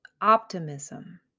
Optimism